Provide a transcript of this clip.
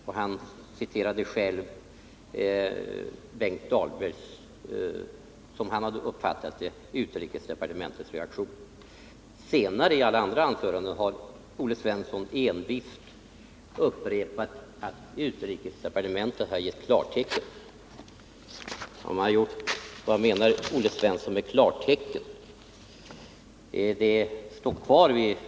Olle Svensson citerade Benkt Dahlbergs uttalande om utrikesdepartementets reaktion, såsom han uppfattat den. Senare har Olle Svensson i alla sina andra inlägg envist upprepat att utrikesdepartementet hade gett klartecken. Vad menar Olle Svensson med klartecken?